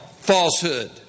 falsehood